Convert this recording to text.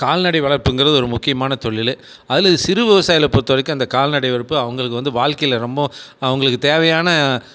கால்நடை வளர்ப்புங்கிறது ஒரு முக்கியமான தொழில் அதில் சிறு விவசாயிகளை பொறுத்த வரைக்கும் அந்த கால்நடை வளர்ப்பு அவங்களுக்கு வந்து வாழ்க்கையில் ரொம்ப அவங்களுக்கு தேவையான